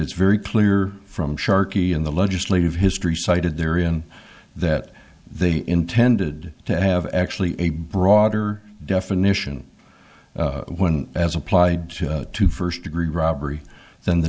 it's very clear from sharkey in the legislative history cited there ian that they intended to have actually a broader definition one as applied to first degree robbery than the